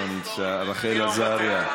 לרשום בפרוטוקול, חבר'ה.